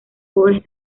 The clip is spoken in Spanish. pobres